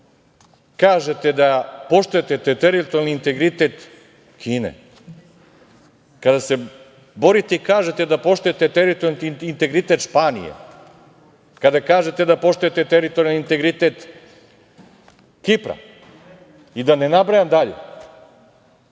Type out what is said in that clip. kažete da poštujete teritorijalni integritet Kine, kada se borite i kažite da poštujete teritorijalni integritet Španije, kada kažete da poštujete teritorijalni integritet Kipra, i da ne nabrajam dalje,